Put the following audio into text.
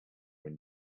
when